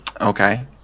Okay